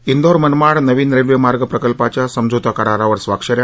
इंदौर मनमाड नवीन रेल्वे मार्ग प्रकल्पाच्या समझोता करारावर स्वाक्षऱ्या